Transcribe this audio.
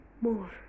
more